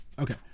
Okay